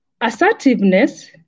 Assertiveness